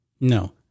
No